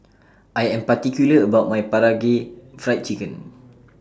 I Am particular about My Karaage Fried Chicken